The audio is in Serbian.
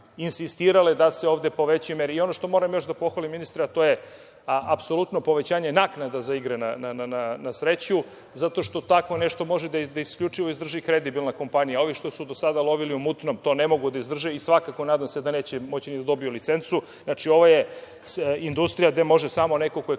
da se ovde povećaju mere. Ono što moram još da pohvalim ministra to je apsolutno povećanje naknada za igre na sreću zato što tako nešto može isključivo da izdrži kredibilna kompanija ovih što su do sada lovili u mutnom to ne mogu da izdrže i svakako nadam se da neće moći ni da dobiju licencu. Znači, ovo je industrija gde može samo neko ko je